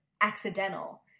accidental